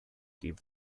gave